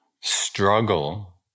struggle